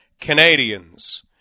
Canadians